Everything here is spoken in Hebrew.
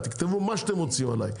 תכתבו מה שאתם רוצים עליי,